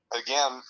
Again